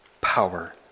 power